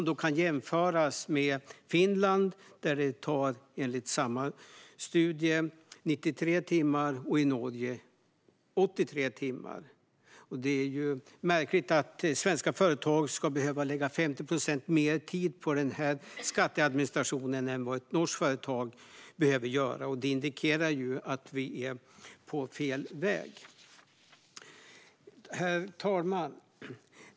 Detta kan jämföras med Finland, där det enligt samma studie tar 93 timmar, och med Norge, där det tar 83 timmar. Det är märkligt att svenska företag ska behöva lägga 50 procent mer tid på skatteadministration än vad ett norskt företag behöver göra. Det indikerar att vi är på fel väg. Herr talman!